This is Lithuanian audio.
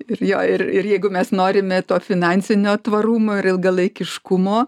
ir jo ir ir jeigu mes norime to finansinio tvarumo ir ilgalaikiškumo